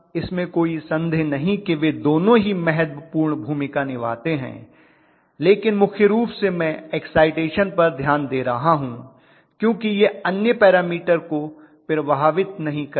इसमें कोई संदेह नहीं कि वे दोनों ही महत्वपूर्ण भूमिका निभाते हैं लेकिन मुख्य रूप से मैं एक्साइटेशन पर ध्यान दे रहा हूं क्योंकि यह अन्य पैरामीटर को प्रभावित नहीं करेगा